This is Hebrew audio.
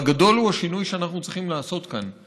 והגדול הוא השינוי שאנחנו צריכים לעשות כאן.